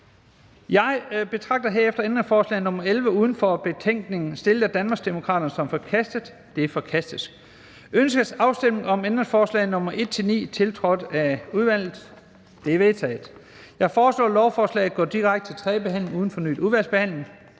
Jeg betragter herefter ændringsforslag nr. 11 uden for betænkningen af fru Karina Adsbøl (DD) som forkastet. Det er forkastet. Ønskes afstemning om ændringsforslag nr. 1-9, tiltrådt af udvalget? De er vedtaget. Jeg foreslår, at lovforslaget går direkte til tredje behandling uden fornyet udvalgsbehandling.